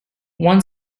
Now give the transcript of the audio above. one